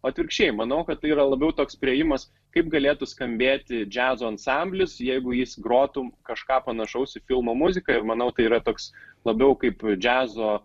atvirkščiai manau kad tai yra labiau toks priėjimas kaip galėtų skambėti džiazo ansamblis jeigu jis grotų kažką panašaus į filmo muziką ir manau tai yra toks labiau kaip džiazo